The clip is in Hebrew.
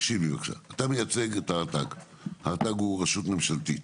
לימור סון הר מלך (עוצמה יהודית):